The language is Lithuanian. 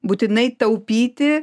būtinai taupyti